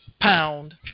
pound